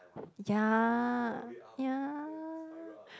ya ya